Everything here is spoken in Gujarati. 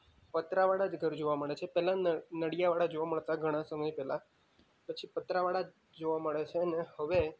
પતરાવાળા જ ઘર જોવા મળે છે પહેલાં ન નળિયાવાળા જોવા મળતા ઘણા સમય પહેલાં પછી પતરાવાળા જ જોવા મળે છે અને હવે